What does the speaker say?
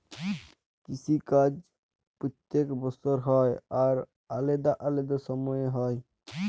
কিসি কাজ প্যত্তেক বসর হ্যয় আর আলেদা আলেদা সময়ে হ্যয়